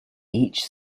each